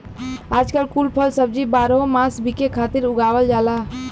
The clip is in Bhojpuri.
आजकल कुल फल सब्जी बारहो मास बिके खातिर उगावल जाला